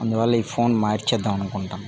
అందువల్ల ఈ ఫోన్ మార్చేద్దాం అనుకుంటున్నాను